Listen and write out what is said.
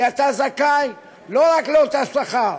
כי אתה זכאי לא רק לאותו לשכר,